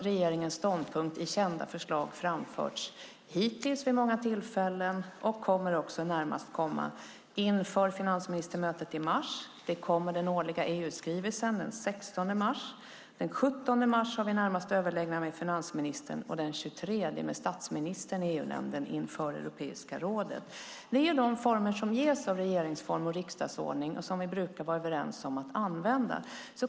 Regeringens ståndpunkt i kända förslag har framförts där vid många tillfällen och kommer också närmast inför finansministermötet i mars. Den årliga EU-skrivelsen kommer den 16 mars. Den 17 mars har vi i EU-nämnden överläggningar med finansministern och den 23 mars med statsministern inför Europeiska rådet. Det är de former som ges av regeringsform och riksdagsordning och som vi brukar vara överens om att använda.